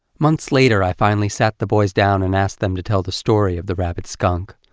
months later, i finally sat the boys down and asked them to tell the story of the rabid skunk.